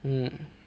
mm